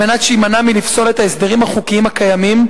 על מנת שיימנע מלפסול את ההסדרים החוקיים הקיימים,